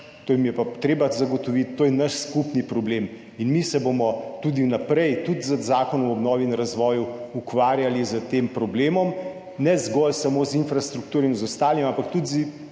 to jim je pa treba zagotoviti, to je naš skupni problem in mi se bomo tudi vnaprej, tudi z zakonom o obnovi in razvoju ukvarjali s tem problemom, ne zgolj samo z infrastrukturo in z ostalimi, ampak tudi